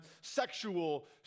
sexual